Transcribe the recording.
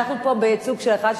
אנחנו פה בייצוג של אחד,